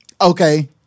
okay